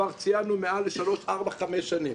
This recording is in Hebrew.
כבר ציינו מעל לשלוש-ארבע-חמש שנים.